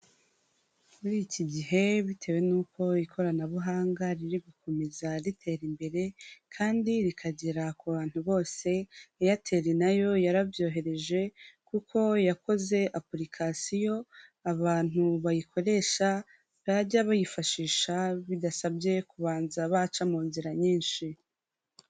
Muri iki gihe bitewe n'uko ikoranabuhanga riri gukomeza ritera imbere kandi rikagera ku bantu bose, Airtel na yo yarabyohereje kuko yakoze apukasiyo abantu bayikoresha, bajya bifashisha bidasabye kubanza baca mu nzira nyinshi.